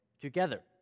together